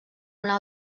una